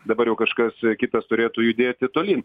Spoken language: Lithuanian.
dabar jau kažkas kitas turėtų judėti tolyn